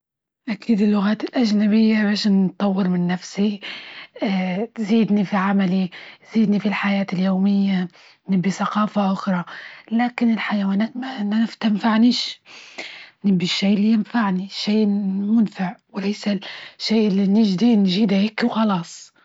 أكيد اللغات الأجنبية بش نطور من نفسي، تزيدني في عملي، تزيدني في الحياة اليومية، نبي ثقافة أخرى، لكن الحيوانات ما تنفعنيش، نبي، الشي إللي ينفعني شي منفع وليس ال الشي ال نجيده هيكى وخلاص